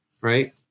right